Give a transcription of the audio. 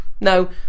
no